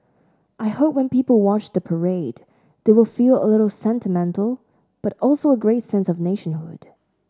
I hope when people watch the parade they will feel a little sentimental but also a great sense of nationhood